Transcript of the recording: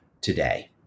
today